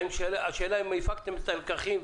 האם הפקתם את הלקחים,